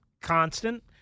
constant